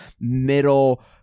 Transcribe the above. middle